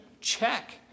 check